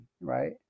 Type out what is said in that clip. right